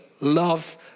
love